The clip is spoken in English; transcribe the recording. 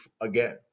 again